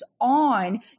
on